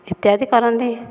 ଇତ୍ୟାଦି କରନ୍ତି